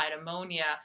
ammonia